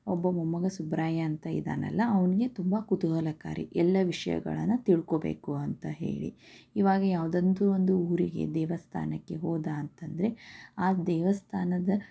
ಒಬ್ಬ ಮೊಮ್ಮಗ ಸುಬ್ರಾಯ ಅಂತ ಇದ್ದಾನಲ್ಲ ಅವ್ನಿಗೆ ತುಂಬ ಕುತೂಹಲಕಾರಿ ಎಲ್ಲ ವಿಷಯಗಳನ್ನು ತಿಳ್ಕೊಬೇಕು ಅಂತ ಹೇಳಿ ಈವಾಗ ಯಾವುದಂತೂ ಒಂದು ಊರಿಗೆ ದೇವಸ್ಥಾನಕ್ಕೆ ಹೋದ ಅಂತಂದರೆ ಆ ದೇವಸ್ಥಾನದ